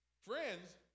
friends